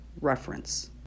reference